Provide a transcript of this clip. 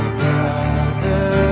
brother